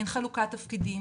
אין חלוקת תפקידים,